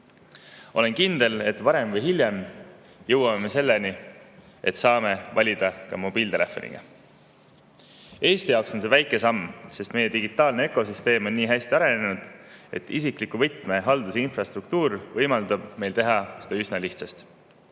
kindel, et varem või hiljem jõuame selleni, et saame valida ka mobiiltelefoniga. Eesti jaoks on see väike samm, sest meie digitaalne ökosüsteem on nii hästi arenenud, et isikliku võtme haldus‑ ja infrastruktuur võimaldab meil teha seda üsna lihtsasti.